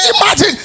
imagine